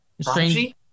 strange